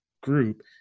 group